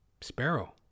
sparrow